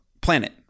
planet